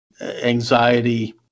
anxiety